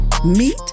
Meet